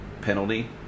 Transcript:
penalty